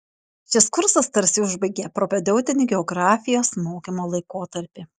šis kursas tarsi užbaigia propedeutinį geografijos mokymo laikotarpį